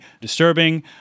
disturbing